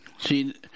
See